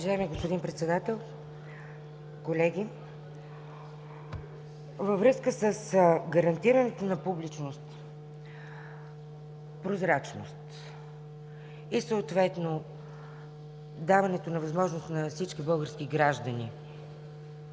Уважаеми господин Председател, колеги! Във връзка с гарантирането на публичност, прозрачност и даване на възможност на всички български граждани